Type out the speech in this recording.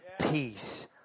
peace